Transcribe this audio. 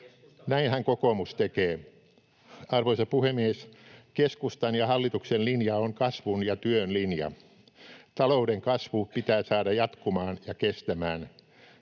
Näin-hän kokoomus tekee. Arvoisa puhemies! Keskustan ja hallituksen linja on kasvun ja työn linja. Talouden kasvu pitää saada jatkumaan ja kestämään.